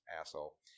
asshole